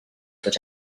but